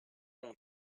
mon